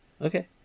Okay